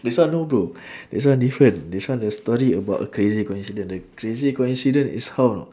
this one no bro this one different this one the story about a crazy coincidence the crazy coincidence is how know